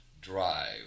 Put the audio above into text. drive